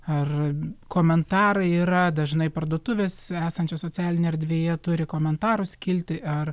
ar komentarai yra dažnai parduotuvės esančios socialinėje erdvėje turi komentarų skiltį ar